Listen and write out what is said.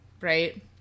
Right